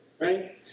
right